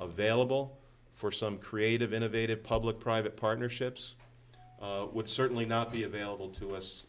available for some creative innovative public private partnerships would certainly not be available to us